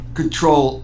control